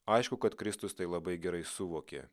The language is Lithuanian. aišku kad kristus tai labai gerai suvokė